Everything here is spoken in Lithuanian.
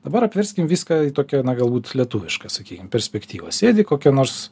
dabar apverskim viską į tokią na galbūt lietuvišką sakykim perspektyvą sėdi kokia nors